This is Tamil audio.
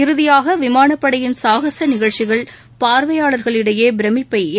இறுதியாக விமானப்படையின் சாகச நிகழ்ச்சிகள் பார்வையாளர்களிடையே பிரமிப்பை ஏற்படுத்தியது